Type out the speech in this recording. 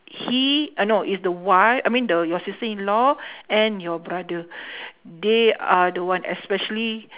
he uh no is the wif~ I mean the your sister-in-law and your brother they are the one especially